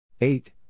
Eight